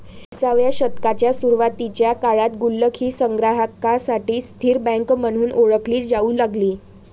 विसाव्या शतकाच्या सुरुवातीच्या काळात गुल्लक ही संग्राहकांसाठी स्थिर बँक म्हणून ओळखली जाऊ लागली